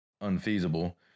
unfeasible